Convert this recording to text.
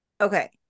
okay